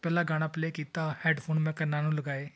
ਪਹਿਲਾ ਗਾਣਾ ਪਲੇਅ ਕੀਤਾ ਹੈਡਫੋਨ ਮੈਂ ਕੰਨਾਂ ਨੂੰ ਲਗਾਏ